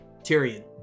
Tyrion